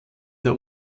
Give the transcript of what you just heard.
der